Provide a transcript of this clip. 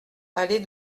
allée